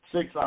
Six